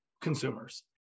consumers